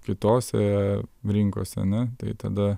kitose rinkose ane tai tada